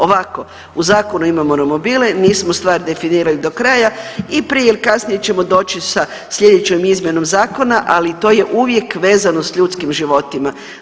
Ovako u zakonu imamo romobile nismo stvar definirali do kraja i prije ili kasnije ćemo doći sa sljedećom izmjenom zakona, ali to je uvijek vezano s ljudskim životima.